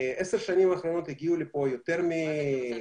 בעשר השנים האחרונות הגיעו לפה יותר מ-200,000-150,000